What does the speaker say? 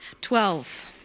Twelve